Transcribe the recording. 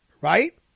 right